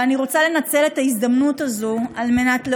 אני רוצה לנצל את ההזדמנות כדי להודות